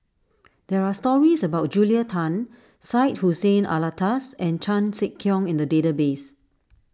there are stories about Julia Tan Syed Hussein Alatas and Chan Sek Keong in the database